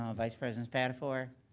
um vice president spadafore.